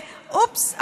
והופס,